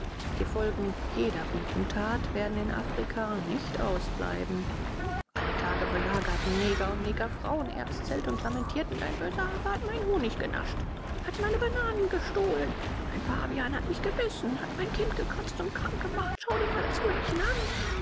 die folgen jeder guten tat werden in afrika nicht ausbleiben alle tage belagerten neger und negerfrauen erbs zelt und lamentierten dein böser affe hat meinen honig genascht hat meine bananen gestohlen dein pavian hat mich gebissen hat mein kind gekratzt und krank gemacht schau dir mal das würmchen an